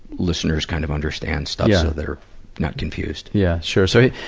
listeners kind of understand stuff so they're not confused. yeah, sure. so,